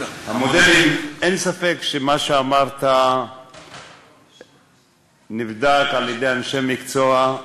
אין ספק שמה שאמרת נבדק על-ידי אנשי מקצוע,